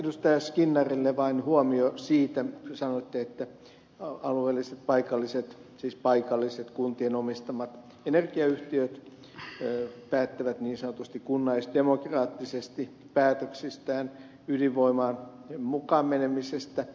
skinnarille vain huomio siitä kun te sanoitte että paikalliset kuntien omistamat energiayhtiöt päättävät niin sanotusti kunnallisdemokraattisesti päätöksistään ydinvoimaan mukaan menemisestä